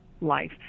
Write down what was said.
life